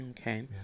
Okay